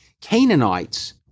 Canaanites